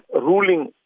ruling